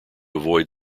avoid